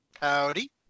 howdy